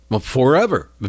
forever